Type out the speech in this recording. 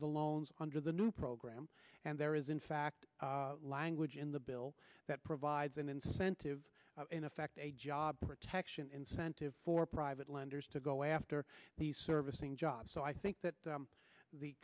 the loans under the new program and there is in fact language in the bill that provides an incentive in effect a job protection incentive for private lenders to go after these servicing jobs so i think that